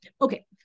Okay